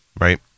right